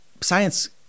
science